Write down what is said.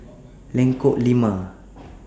Lengkok Lima